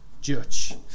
judge